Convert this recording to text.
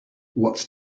what’s